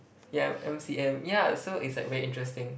yeah M_C_M yeah so it's like very interesting